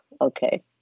okay